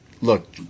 look